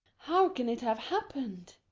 how can it have happened?